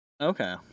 Okay